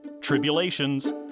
tribulations